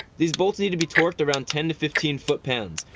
these bolts need to be torqued around ten to fifteen foot-pounds,